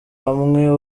hamwe